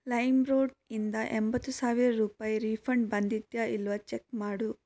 LimeRoad ಇಂದ ಎಂಬತ್ತು ಸಾವಿರ ರೂಪಾಯಿ ರೀಫಂಡ್ ಬಂದಿದೆಯಾ ಇಲ್ವಾ ಚೆಕ್ ಮಾಡು